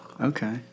Okay